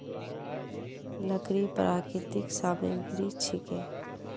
लकड़ी प्राकृतिक सामग्री छिके